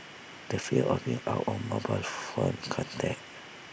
the fear of being out of mobile phone contact